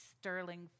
sterling